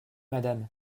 madame